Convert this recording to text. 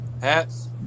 hats